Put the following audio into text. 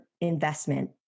investment